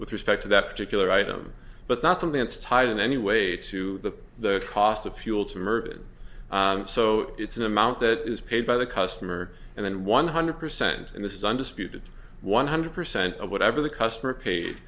with respect that particular item but not something that's tied in any way to the the cost of fuel to murder so it's an amount that is paid by the customer and then one hundred percent and this is undisputed one hundred percent of whatever the customer paid